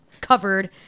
covered